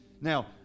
Now